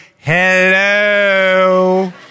hello